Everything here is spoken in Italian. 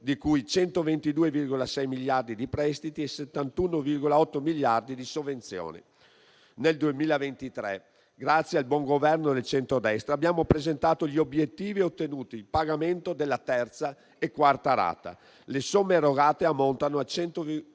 di cui 122,6 miliardi di prestiti e 71,8 miliardi di sovvenzioni. Nel 2023, grazie al buon governo del centrodestra, abbiamo presentato gli obiettivi e ottenuto il pagamento della terza e quarta rata. Le somme erogate ammontano a 101,9 miliardi